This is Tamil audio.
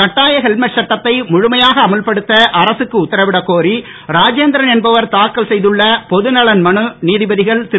கட்டாய ஹெல்மட் சட்டத்தை முழுமையாக அமல்படுத்த அரசுக்கு உத்தரவிடக் கோரி ராஜேந்திரன் என்பவர் தாக்கல் செய்திருந்த பொதுநலன் மனு நீதிபதிகள் திரு